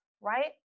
right